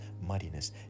muddiness